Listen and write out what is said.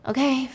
Okay